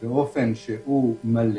באופן שהוא מלא,